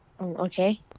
Okay